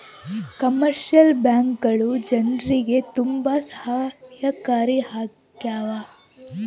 commercial ಬ್ಯಾಂಕ್ಗಳು ಜನ್ರಿಗೆ ತುಂಬಾ ಸಹಾಯಕಾರಿ ಆಗ್ಯಾವ